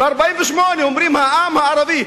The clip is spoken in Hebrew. ב-48' אומרים "העם הערבי",